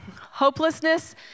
Hopelessness